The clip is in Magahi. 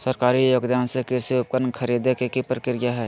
सरकारी योगदान से कृषि उपकरण खरीदे के प्रक्रिया की हय?